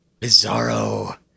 bizarro